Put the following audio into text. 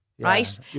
Right